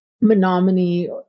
Menominee